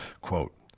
quote